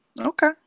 Okay